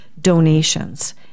donations